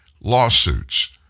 lawsuits